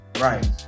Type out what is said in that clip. Right